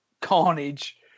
carnage